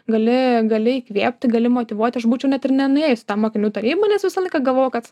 gali gali įkvėpti gali motyvuoti aš būčiau net ir nenuėjus į tą mokinių tarybą nes visą laiką galvojau kad